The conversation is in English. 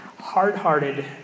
hard-hearted